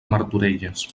martorelles